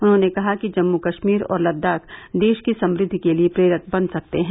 उन्होंने कहा कि जम्मू कश्मीर और लद्दाख देश की समृद्धि के लिये प्रेरक बन सकते हैं